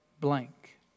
blank